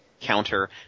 counter